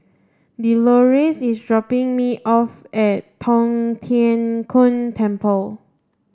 Delores is dropping me off at Tong Tien Kung Temple